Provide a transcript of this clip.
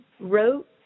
wrote